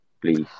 Please